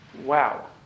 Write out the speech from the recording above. Wow